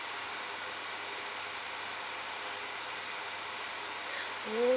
oh